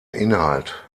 inhalt